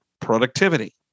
productivity